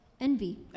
Envy